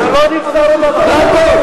ולמרות הכול,